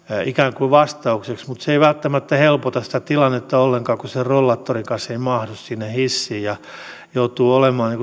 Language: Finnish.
ikään kuin vastaukseksi mutta se ei välttämättä helpota sitä tilannetta ollenkaan kun sen rollaattorin kanssa ei mahdu sinne hissiin ja joutuu olemaan